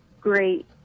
great